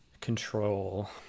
control